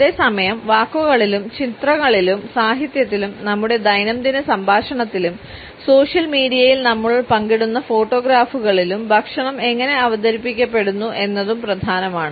അതേസമയം വാക്കുകളിലും ചിത്രങ്ങളിലും സാഹിത്യത്തിലും നമ്മുടെ ദൈനംദിന സംഭാഷണത്തിലും സോഷ്യൽ മീഡിയയിൽ നമ്മൾ പങ്കിടുന്ന ഫോട്ടോഗ്രാഫുകളിലും ഭക്ഷണം എങ്ങനെ അവതരിപ്പിക്കപ്പെടുന്നു എന്നതും പ്രധാനമാണ്